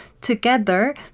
together